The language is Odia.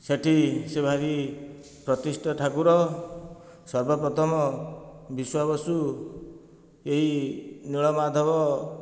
ସେଇଠି ସେ ଭାରି ପ୍ରତିଷ୍ଠ ଠାକୁର ସର୍ବପ୍ରଥମ ବିଶୁଆବସୁ ଏହି ନୀଳମାଧବ